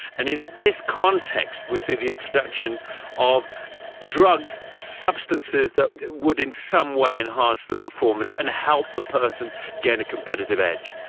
and in this context we see the introduction of drugs, substances that would in some way enhance the performance, and help the person gain a competitive edge.